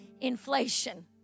Inflation